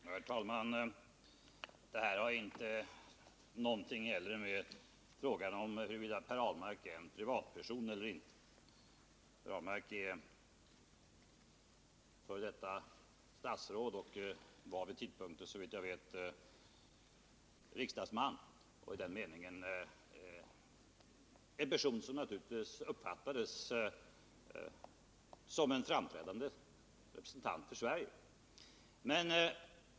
Herr talman! Den här frågan har ingenting att göra med frågan om huruvida Per Ahlmark är att betrakta som en privatperson eller inte. Per Ahlmark är f. d. statsråd, och såvitt jag vet var han vid tidpunkten i fråga riksdagsman och i den meningen en person som naturligtvis uppfattades som en framträdande representant för Sverige.